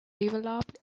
developed